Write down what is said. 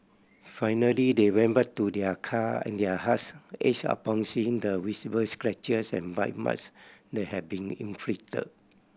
finally they went back to their car and their hearts ached upon seeing the visible scratches and bite marts that had been inflicted